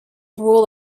rule